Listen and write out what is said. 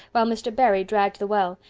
while mr. barry dragged the well,